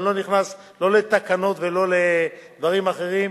אני לא נכנס, לא לתקנות ולא לדברים אחרים.